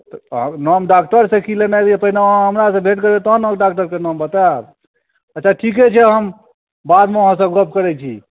तऽ अहाँ नाम डाक्टरसँ की लेनाइ यऽ पहिने अहाँ हमरासँ भेंट करबै तऽ ने ऽ ओहि डाक्टरके नाम बतायब अच्छा ठीके छै हम बादमे अहाँसँ गप करैत छी